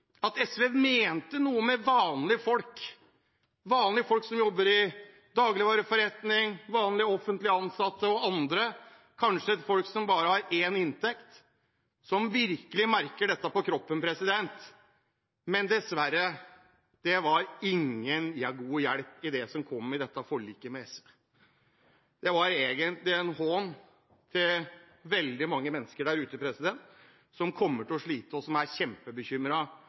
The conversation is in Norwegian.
at SV mente noe med «vanlige folk»; vanlige folk som jobber i dagligvareforretning, vanlig offentlig ansatte og andre, folk som kanskje bare har én inntekt, og som virkelig merker dette på kroppen – var det ingen god hjelp i det som kom i dette forliket med SV. Det var egentlig en hån mot veldig mange mennesker der ute som kommer til å slite, og som er